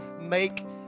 make